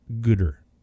Gooder